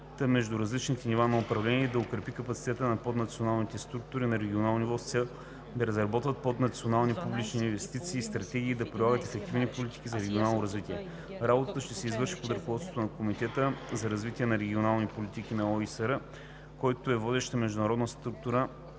между различните нива на управление и да укрепи капацитета на поднационалните структури на регионално ниво с цел да разработват поднационални публични инвестиции и стратегии и да прилагат ефективни политики за регионално развитие. Работата ще се извършва под ръководството на Комитета за развитие на регионалната политика на ОИСР, който е водеща международна структура